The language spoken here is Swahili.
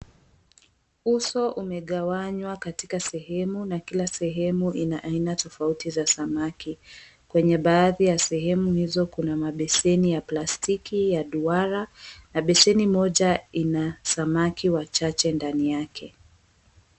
Uso umegawanywa katika sehemu na kila sehemu una aina tofauti za samaki, kwenye baadhi ya sehemu hizo kuna mabeseni ya plastiki ya duara na beseni moja ina samaki wachache ndani yake.